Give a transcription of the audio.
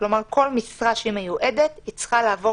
כלומר כל משרה שהיא מיועדת צריכה לעבור